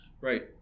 Right